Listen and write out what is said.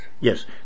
Yes